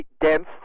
dense